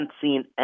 seen